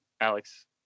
Alex